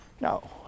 No